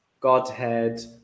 Godhead